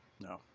No